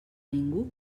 ningú